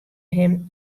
him